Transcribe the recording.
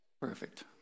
Perfect